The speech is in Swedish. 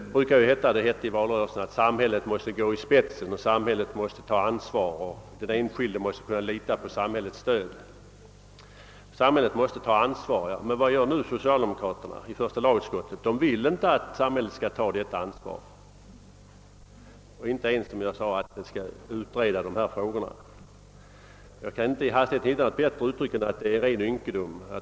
I valrörelsen anfördes att samhället måste gå i spetsen, att samhället måste ta ansvar, att den enskilde måste kunna lita på samhällets stöd o. s. v. Samhället måste ta ansvar — men vad gör nu socialdemokraterna i första lagutskottet? De vill inte att samhället skall ta detta ansvar och inte ens, som jag sagt, att dessa frågor skall utredas. Herr talman! Jag kan inte hitta något bättre uttryck för detta än att det är ren ynkedom.